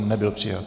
Nebyl přijat.